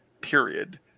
period